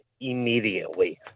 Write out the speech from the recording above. immediately